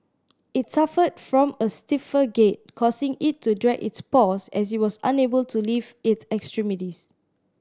it suffered from a stiffer gait causing it to drag its paws as it was unable to lift its extremities